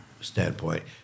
standpoint